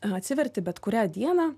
atsiverti bet kurią dieną